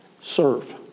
serve